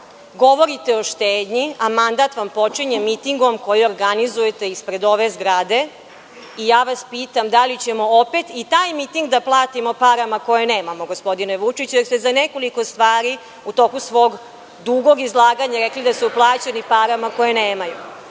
Govorite o štednji, a mandat vam počinje mitingom koji organizujete ispred ove zgrade i ja vas pitam da li ćemo opet i taj miting da platimo parama koje nemamo, gospodine Vučiću? Jer, ste za nekoliko stvari u toku svog dugog izlaganja rekli da su plaćeni parama koje nemamo. Ako